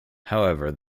however